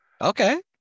Okay